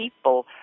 people